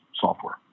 software